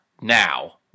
now